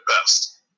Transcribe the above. best